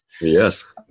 Yes